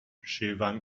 شیون